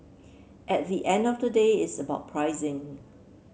at the end of the day it's about pricing